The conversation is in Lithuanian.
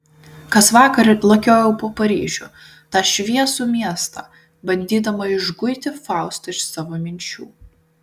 kasvakar lakiojau po paryžių tą šviesų miestą bandydama išguiti faustą iš savo minčių